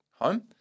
home